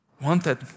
wanted